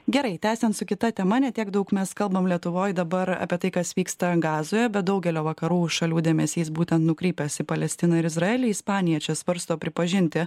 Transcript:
gerai tęsiant su kita tema ne tiek daug mes kalbam lietuvoj dabar apie tai kas vyksta gazoje bet daugelio vakarų šalių dėmesys būtent nukrypęs į palestiną ir izraelį ispanija čia svarsto pripažinti